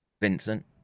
Vincent